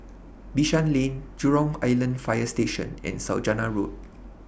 Bishan Lane Jurong Island Fire Station and Saujana Road